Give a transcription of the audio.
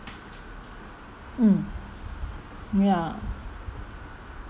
mm ya